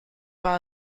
war